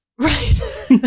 right